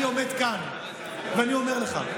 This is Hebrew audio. אני עומד כאן ואני אומר לך,